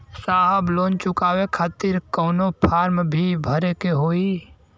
साहब लोन चुकावे खातिर कवनो फार्म भी भरे के होइ?